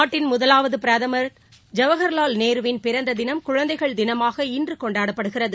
நாட்டின் முதலாவதுபிரதமர் ஜவஹர்லால் நேருவின் பிறந்ததினம் குழந்தைகள் தினமாக இன்றுகொண்டாடப்படுகிறது